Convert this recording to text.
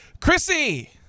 Chrissy